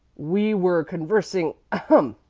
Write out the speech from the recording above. we were conversing ahem!